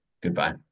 Goodbye